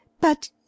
but—